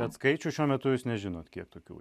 bet skaičių šiuo metu jūs nežinot kiek tokių